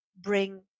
bring